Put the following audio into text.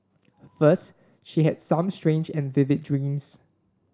first she had some strange and vivid dreams